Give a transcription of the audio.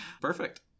perfect